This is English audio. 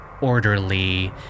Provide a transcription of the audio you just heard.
orderly